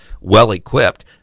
well-equipped